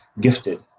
gifted